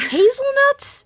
Hazelnuts